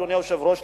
אדוני היושב-ראש,